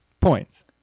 points